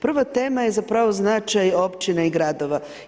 Prva tema je zapravo značaj općina i gradova.